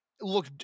look